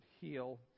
Heal